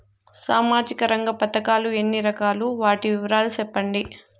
సామాజిక రంగ పథకాలు ఎన్ని రకాలు? వాటి వివరాలు సెప్పండి